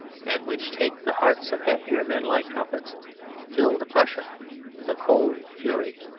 and which take the hearts of happier men like trumpets filled the prussian with a cold fury,